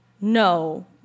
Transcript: no